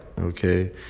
okay